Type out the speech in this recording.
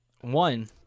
One